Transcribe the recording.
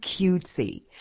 cutesy